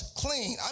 clean